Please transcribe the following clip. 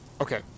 Okay